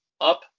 up